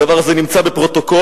הדבר הזה נמצא בפרוטוקול,